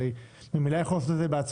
הרי ממילא הם יכולים לעשות את זה בעצמם.